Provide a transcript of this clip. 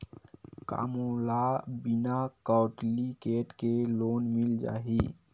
का मोला बिना कौंटलीकेट के लोन मिल जाही?